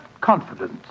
confidence